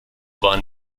war